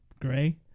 gray